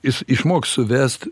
jis išmoks suvest